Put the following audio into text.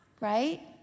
Right